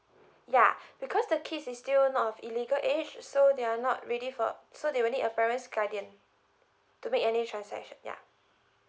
yeah because the kids is still not of a legal age so they are not ready for so they will need a parent's guardian to make any transaction yeah